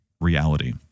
reality